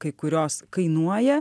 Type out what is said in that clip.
kai kurios kainuoja